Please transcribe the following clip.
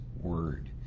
word